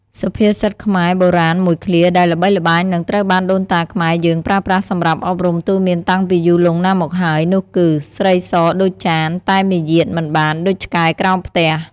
សុភាសិតខ្មែរបុរាណមួយឃ្លាដែលល្បីល្បាញ និងត្រូវបានដូនតាខ្មែរយើងប្រើប្រាស់សម្រាប់អប់រំទូន្មានតាំងពីយូរលង់ណាស់មកហើយនោះគឺ "ស្រីសដូចចាន តែមាយាទមិនបានដូចឆ្កែក្រោមផ្ទះ"។